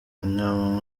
inama